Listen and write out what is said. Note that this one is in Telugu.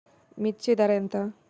మిర్చి ధర ఎంత?